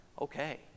okay